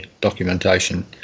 documentation